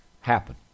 happen